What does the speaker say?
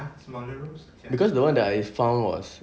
because the one that I found was